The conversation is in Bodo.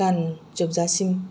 गान जोबजासिम